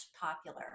popular